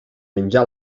menjà